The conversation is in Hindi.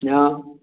यहाँ